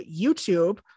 YouTube